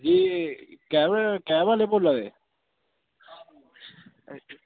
जी कैब कैब आह्ले बोल्ला दे